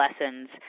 lessons